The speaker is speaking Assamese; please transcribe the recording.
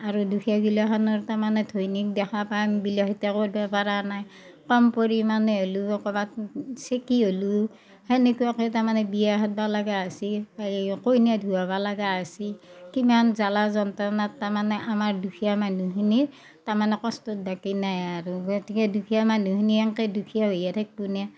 আৰু দুখীয়াগিলাখানৰ তাৰমানে ধৈনীক দেখা পায় বিলাসীতা কৰবা পাৰা নাই কম পৰিমাণে হ'লিও ক'বাত চেকি হ'লিও সেনেকুৱাকে তাৰমানে বিয়া খেদবা লাগা হৈছি সেই কইনা ধুৱাবা লাগা হৈছি কিমান জ্বালা যন্ত্ৰণাত তাৰমানে আমাৰ দুখীয়া মানহুখিনি তাৰমানে কষ্টত বাকী নাই আৰু গতিকে দুখীয়া মানহুখিনি এংকে দুখীয়া হৈয়ে থাকবোনে